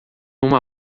uma